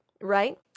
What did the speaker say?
right